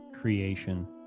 creation